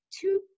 two